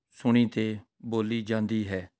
ਸੁਣੀ ਅਤੇ ਬੋਲੀ ਜਾਂਦੀ ਹੈ